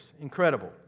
Incredible